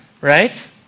right